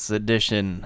edition